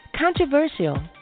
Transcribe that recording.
Controversial